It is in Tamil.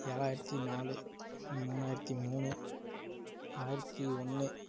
ஏழாயிரத்தி நாலு மூணாயிரத்து மூணு ஆயிரத்து ஒன்று